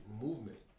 movement